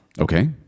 Okay